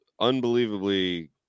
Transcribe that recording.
unbelievably